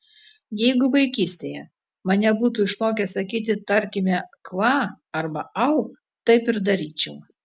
jeigu vaikystėje mane būtų išmokę sakyti tarkime kva arba au taip ir daryčiau